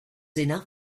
enough